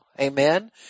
Amen